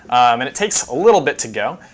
and it takes a little bit to go,